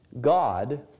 God